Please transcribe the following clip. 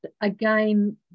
again